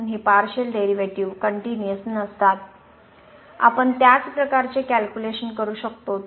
म्हणून हे partial derivative continuous नसतात आपण त्याच प्रकारचे कॅल्क्युलेशन करू शकतो